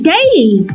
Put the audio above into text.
Daily